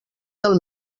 del